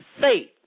faith